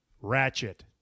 ratchet